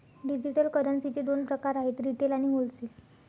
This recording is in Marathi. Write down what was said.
डिजिटल करन्सीचे दोन प्रकार आहेत रिटेल आणि होलसेल